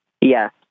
Yes